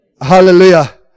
Hallelujah